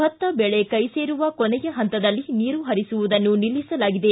ಭತ್ತ ಬೆಳೆ ಕೈ ಸೇರುವ ಕೊನೆಯ ಹಂತದಲ್ಲಿ ನೀರು ಹರಿಸುವುದನ್ನು ನಿಲ್ಲಿಸಲಾಗಿದೆ